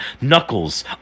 Knuckles